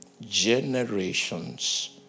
generations